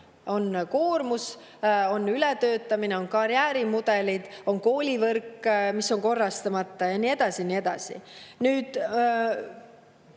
koormus, on ületöötamine, on karjäärimudeli [vajadus], on koolivõrk, mis on korrastamata, ja nii edasi ja nii edasi.